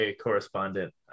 correspondent